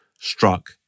struck